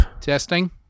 Testing